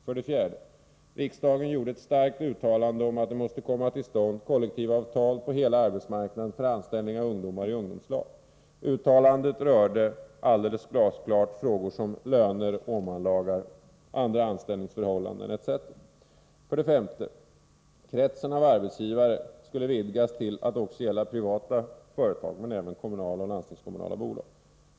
För det fjärde: Riksdagen gjorde ett starkt uttalande om att det måste komma till stånd kollektivavtal på hela arbetsmarknaden för anställning av ungdomar i ungdomslag. Uttalandet rörde alldeles glasklart frågor om löner, Åmanlagar, andra anställningsförhållanden, etc. För det femte: Kretsen av arbetsgivare skulle vidgas till att gälla privata företag, men även kommunala och landstingskommunala bolag.